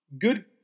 Good